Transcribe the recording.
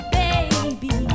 baby